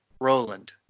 Roland